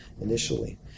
initially